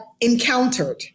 encountered